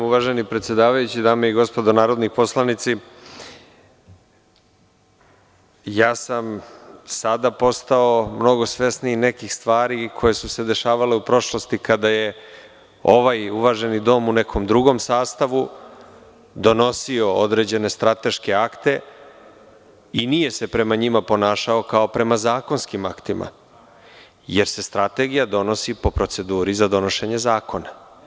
Uvaženi predsedavajući, dame i gospodo narodni poslanici, ja sam sada postao mnogo svesniji nekih stvari koje su se dešavale u prošlosti kada je ovaj uvaženi dom u nekom drugom sastavu donosio određene strateške akte, i nije se prema njima ponašao kao prema zakonskim aktima, jer se strategija donosi po proceduri za donošenje zakona.